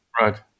Right